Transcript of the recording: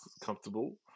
comfortable